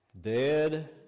dead